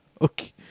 Okay